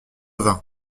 vin